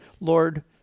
Lord